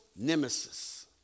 nemesis